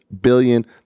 billion